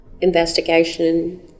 investigation